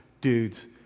dudes